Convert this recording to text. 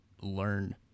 learn